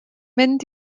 mynd